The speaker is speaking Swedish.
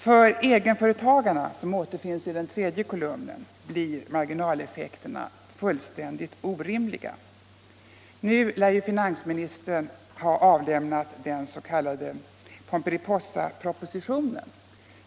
För egenföretagarna — de återfinns i tredje kolumnen — blir marginaleffekterna helt orimliga. Nu lär finansministern ha avlämnat den s.k. Pomperipossapropositionen.